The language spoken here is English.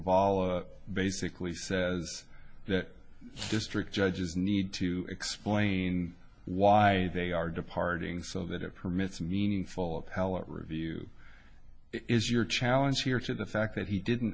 zavala basically says that district judges need to explain why they are departing so that it permits meaningful appellate review is your challenge here to the fact that he didn't